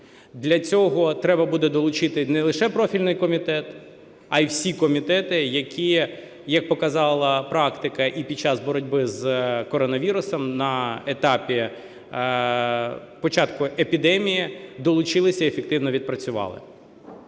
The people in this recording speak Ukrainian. Для цього треба буде долучити не лише профільний комітет, а й всі комітети, які, як показала практика, і під час боротьби з коронавірусом на етапі початку епідемії долучилися й ефективно відпрацювали.